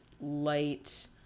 light